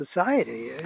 society